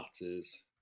matters